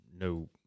no